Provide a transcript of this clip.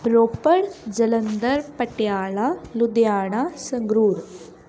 Ropar Jalandhar Patiala Ludhiana Sangrur